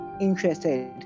interested